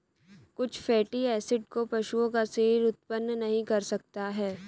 कुछ fatty acid को पशुओं का शरीर उत्पन्न नहीं कर सकता है